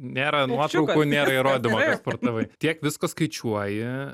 nėra nuotraukų nėra įrodymo kad sportavai tiek visko skaičiuoji